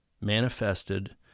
manifested